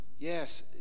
Yes